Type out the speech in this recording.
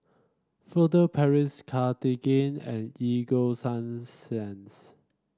Furtere Paris Cartigain and Ego Sunsense